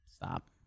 Stop